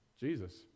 Jesus